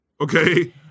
Okay